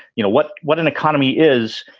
you know what? what an economy is,